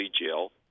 Jail